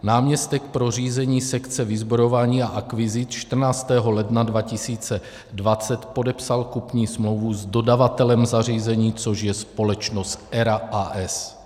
Náměstek pro řízení sekce vyzbrojování a akvizic 14. ledna 2020 podepsal kupní smlouvu s dodavatelem zařízení, což je společnost ERA, a. s.